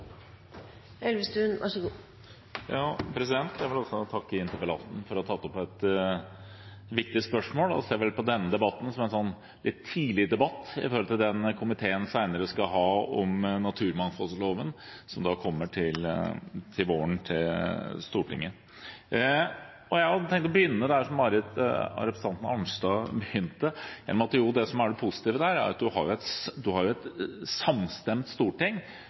Jeg vil også få takke interpellanten for å ha tatt opp et viktig spørsmål, og jeg ser vel på denne debatten som en litt tidlig debatt i forhold til den som komiteen senere skal ha om naturmangfoldloven, som kommer til Stortinget til våren. Jeg hadde også tenkt å begynne der representanten Arnstad begynte, med at det positive her er jo at du har et samstemt storting som ser betydningen av forvaltningsplanene, og at det styringsverktøyet er for å styre politikken overfor de norske havområdene. Og nå har vi jo